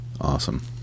Awesome